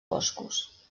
boscos